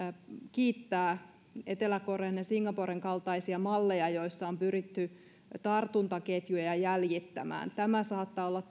kiittää etelä korean ja singaporen kaltaisia malleja joissa on pyritty tartuntaketjuja jäljittämään tämä saattaa olla